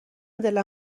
دلم